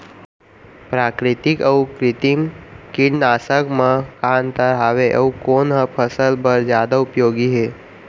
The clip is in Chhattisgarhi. प्राकृतिक अऊ कृत्रिम कीटनाशक मा का अन्तर हावे अऊ कोन ह फसल बर जादा उपयोगी हे?